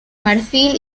marfil